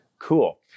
Cool